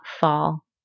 fall